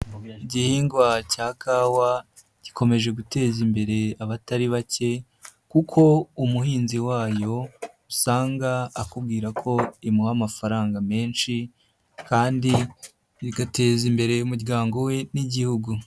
Igihingwa cya kawa gikomeje guteza imbere abatari bake kuko umuhinzi wayo usanga akubwira ko imuha amafaranga menshi kandi igateza imbere umuryango we n'Igihugu.